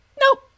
Nope